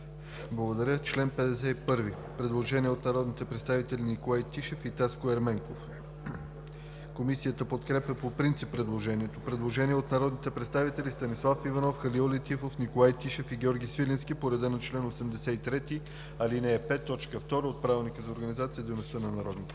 По чл. 51 има предложение от народните представители Николай Тишев и Таско Ерменков. Комисията подкрепя по принцип предложението. Има предложение от народните представители Станислав Иванов, Халил Летифов, Николай Тишев и Георги Свиленски по реда на чл. 83, ал. 5, т. 2 от Правилника за организация и дейността на Народното